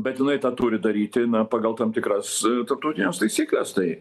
bet jinai tą turi daryti na pagal tam tikras tarptautines taisykles tai